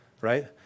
right